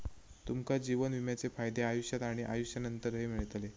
तुमका जीवन विम्याचे फायदे आयुष्यात आणि आयुष्यानंतरही मिळतले